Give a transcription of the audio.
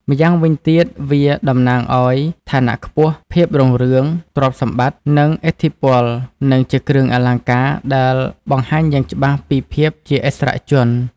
ម្យ៉ាងវិញទៀតវាដំណាងយ ឋានៈខ្ពស់ ភាពរុងរឿង ទ្រព្យសម្បត្តិ និងឥទ្ធិពលនិងជាគ្រឿងអលង្ការដែលបង្ហាញយ៉ាងច្បាស់ពីភាពជាឥស្សរជន។